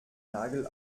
nagel